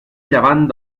llevant